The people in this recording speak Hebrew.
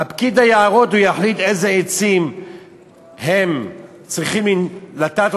פקיד היערות יחליט איזה עצים צריכים לטעת